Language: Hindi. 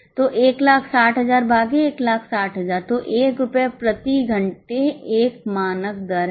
तो 160000 भागे 160000 तो 1 रुपये प्रति घंटे एक मानक दर है